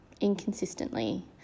inconsistently